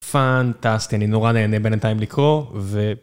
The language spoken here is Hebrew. פנטסטי, אני נורא נהנה בינתיים לקרוא ו...